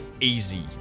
easy